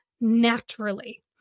naturally